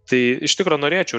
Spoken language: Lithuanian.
tai iš tikro norėčiau